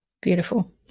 Beautiful